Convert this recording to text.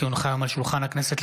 כי הונחו היום על שולחן הכנסת,